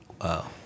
Wow